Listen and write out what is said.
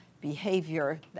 behavior